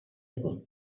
egon